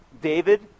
David